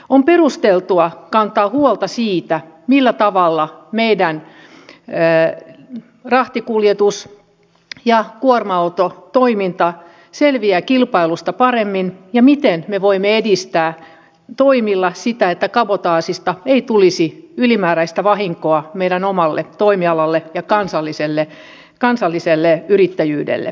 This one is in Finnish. on perusteltua kantaa huolta siitä millä tavalla meidän rahtikuljetus ja kuorma autotoiminta selviävät kilpailusta paremmin ja miten me voimme edistää toimillamme sitä että kabotaasista ei tulisi ylimääräistä vahinkoa meidän omalle toimialalle ja kansalliselle yrittäjyydelle